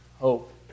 hope